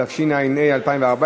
התשע"ה 2014,